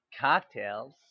Cocktails